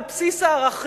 על בסיס ערכים,